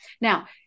Now